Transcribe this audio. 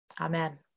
Amen